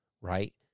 right